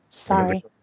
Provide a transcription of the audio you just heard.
sorry